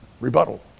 Rebuttal